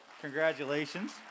congratulations